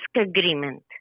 agreement